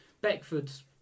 Beckford's